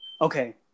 okay